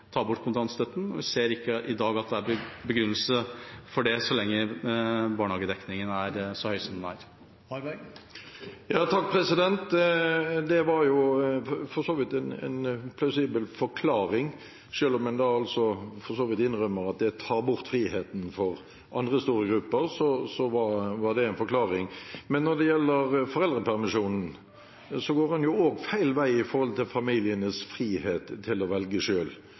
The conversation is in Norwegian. ta bort kontantstøtten. Vi ser ikke i dag at det er noen begrunnelse for den så lenge barnehagedekningen er så høy som den er. Det var for så vidt en plausibel forklaring. Selv om en for så vidt innrømmer at det tar bort friheten for andre store grupper, var det en forklaring. Men når det gjelder foreldrepermisjonen, går en jo også feil vei med tanke på familienes frihet til å velge